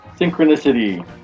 Synchronicity